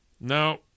No